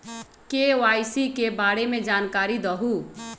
KYC के बारे में जानकारी दहु?